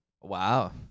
Wow